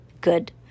Good